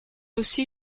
aussi